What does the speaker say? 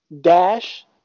dash